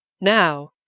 Now